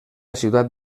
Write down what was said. ciutat